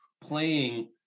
playing